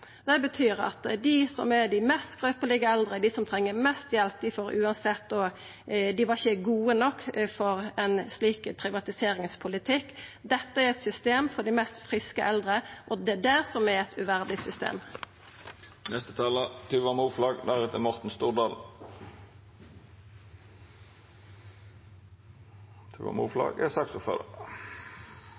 Det betyr at dei som er dei mest skrøpelege av dei eldre, dei som treng mest hjelp, ikkje er gode nok for ein slik privatiseringspolitikk. Dette er eit system for dei friskaste av dei eldre, og det er det som er eit uverdig